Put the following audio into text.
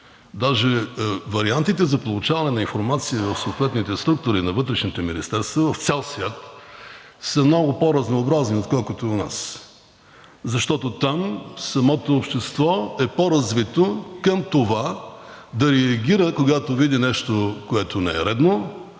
Даже вариантите за получаване на информация в съответните структури на вътрешните министерства в цял свят са много по-разнообразни, отколкото у нас, защото там самото общество е по-развито към това да реагира, когато види нещо, което не е редно,